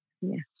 yes